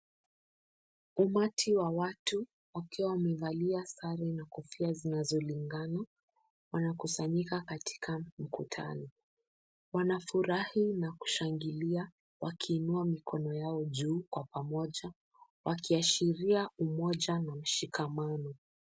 Umati wa watu wakiwa wamevalia sare na kofia zinazolingana wanakusanyika katika mkutano, wanafurahi na kushangilia wakiinua mikono yao juu kwa pamoja wakiashiria umoja na mshikamano.